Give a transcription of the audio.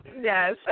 Yes